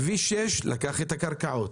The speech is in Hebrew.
כביש 6 לקח את הקרקעות,